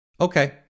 Okay